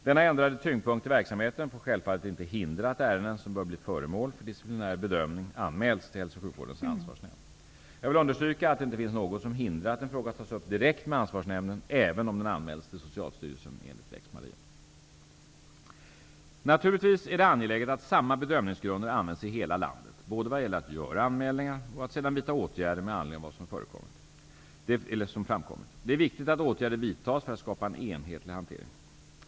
Denna ändrade tyngdpunkt i verksamheten får självfallet inte hindra att ärenden som bör bli föremål för disciplinär bedömning anmäls till Hälso och sjukvårdens ansvarsnämnd. Jag vill understryka att det inte finns något som hindrar att en fråga tas upp direkt med ansvarsnämnden även om den anmälts till Socialstyrelsen enligt lex Maria. Naturligtvis är det angeläget att samma bedömningsgrunder används i hela landet både vad gäller att göra anmälningar och att sedan vidta åtgärder med anledning av vad som har framkommit. Det är viktigt att åtgärder vidtas för att skapa en enhetlig hantering.